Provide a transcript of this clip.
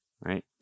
Right